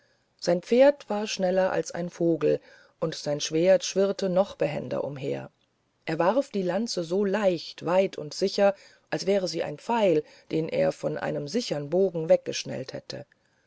sein pferd war schneller als ein vogel und sein schwert schwirrte noch behender umher er warf die lanze so leicht weit und sicher als wäre sie ein pfeil den er von einem sicheren bogen abgeschnellt hätte